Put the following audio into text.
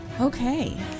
Okay